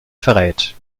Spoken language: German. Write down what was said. verrät